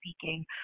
speaking